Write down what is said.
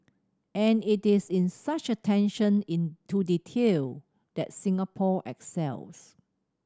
and it is in such attention in to detail that Singapore excels